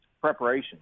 preparation